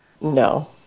No